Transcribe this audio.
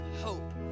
hope